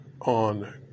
on